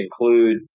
include